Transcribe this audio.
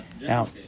Now